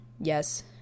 yes